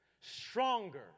Stronger